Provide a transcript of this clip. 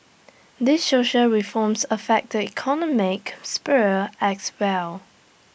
these social reforms affect the economic sphere as well